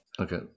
Okay